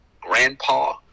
grandpa